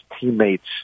teammates